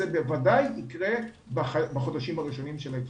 זה בוודאי יקרה בחודשים הראשונים של ההתחסנות.